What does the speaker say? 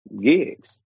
gigs